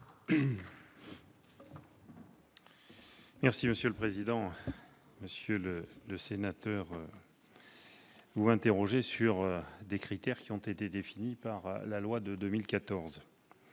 est à M. le ministre. Monsieur le sénateur, vous m'interrogez sur des critères qui ont été définis par la loi de 2014.